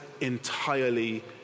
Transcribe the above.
entirely